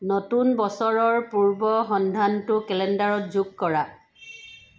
নতুন বছৰৰ পূৰ্বসন্ধানটো কেলেণ্ডাৰত যোগ কৰা